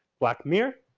black mirror